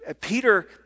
Peter